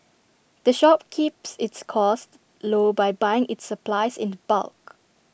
the shop keeps its costs low by buying its supplies in bulk